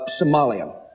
Somalia